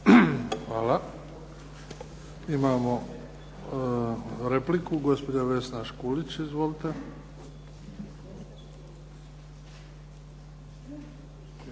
Hvala. Imamo repliku, gospođa Vesna Škulić. Izvolite.